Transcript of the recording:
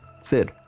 Sid